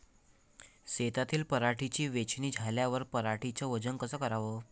शेतातील पराटीची वेचनी झाल्यावर पराटीचं वजन कस कराव?